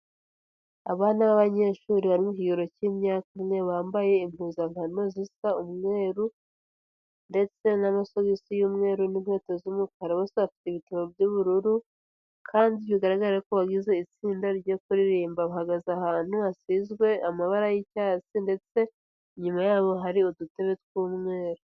Abana b'abanyeshuri bari mi kigero cy'imyaka ine, bambaye impuzankano zisa umweru, ndetse n'amasogisi y'umweru, n'inkweto z'umukara, bose bafite ibitabo by'ubururu, kandi bigaraga ko bagize itsinda ryo kuririmba, bahagaze ahantu hasizwe amabara y'icyatsi, ndetse inyuma yaho hari udutebe tw'umweru.